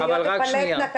אז אם אני לוקח את דימונה,